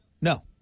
No